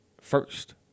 first